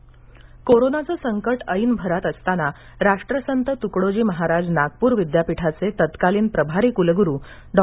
नागपर कोरोनाचे संकट ऐन भरात असताना राष्ट्रसंत तुकडोजी महाराज नागपूर विद्यापीठाचे तत्कालीन प्रभारी कुलगुरू डॉ